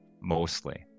mostly